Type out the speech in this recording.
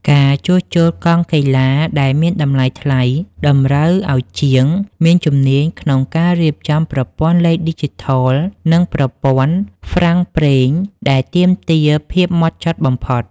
ការជួសជុលកង់កីឡាដែលមានតម្លៃថ្លៃ តម្រូវឱ្យជាងមានជំនាញក្នុងការរៀបចំប្រព័ន្ធលេខឌីជីថល និងប្រព័ន្ធហ្វ្រាំងប្រេងដែលទាមទារភាពហ្មត់ចត់បំផុត។